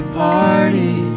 party